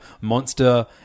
monster